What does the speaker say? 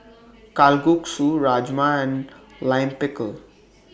Kalguksu Rajma and Lime Pickle